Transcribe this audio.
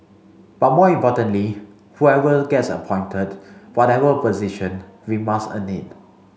but more importantly whoever gets appointed whatever position we must earn it